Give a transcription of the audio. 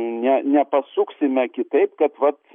ne nepasuksime kitaip kad vat